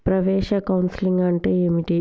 ప్రవేశ కౌన్సెలింగ్ అంటే ఏమిటి?